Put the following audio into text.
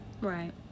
Right